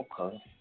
okay